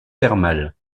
thermale